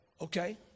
Okay